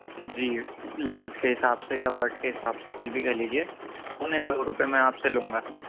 جی لفظ کے حساب سے یا ورڈ کے حساب سے کچھ بھی کہہ لیجیے پونے دو روپیے میں آپ سے لوں گا